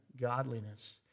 godliness